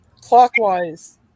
clockwise